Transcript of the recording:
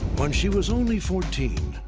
when she was only fourteen,